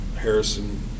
Harrison